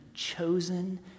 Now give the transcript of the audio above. chosen